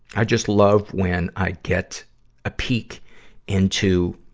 i just love when i get a peek into,